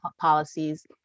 policies